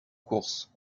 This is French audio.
course